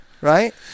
Right